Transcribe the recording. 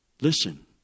listen